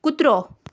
कुत्रो